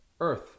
earth